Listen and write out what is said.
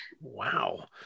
wow